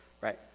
right